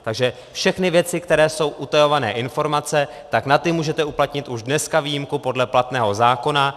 Takže všechny věci, které jsou utajované informace, tak na ty můžete uplatnit už dneska výjimku podle platného zákona.